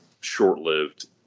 short-lived